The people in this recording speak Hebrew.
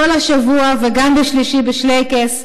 / כל השבוע וגם ב'שישי בשלייקעס'.